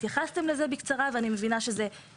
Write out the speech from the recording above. התייחסתם לזה בקצרה ואני מבינה שזה